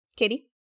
Katie